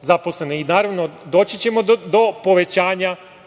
zaposlene. Naravno, doći ćemo do povećanja,